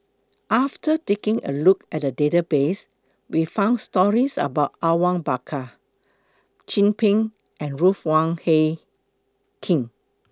after taking A Look At The Database We found stories about Awang Bakar Chin Peng and Ruth Wong Hie King